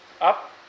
Up